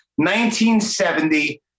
1970